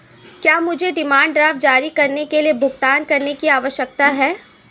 क्या मुझे demand draft जारी करने के लिए भुगतान करने की आवश्यकता है?